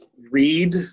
read